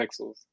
pixels